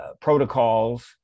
protocols